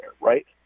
right